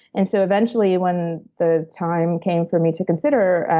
and so, eventually, when the time came for me to consider,